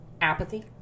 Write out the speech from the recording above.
apathy